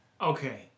Okay